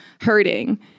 hurting